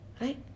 Right